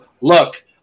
Look